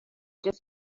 just